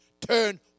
turn